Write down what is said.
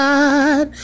God